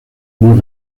más